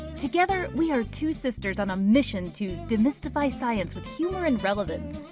together we are two sisters on a mission to demystify science with humor and relevance.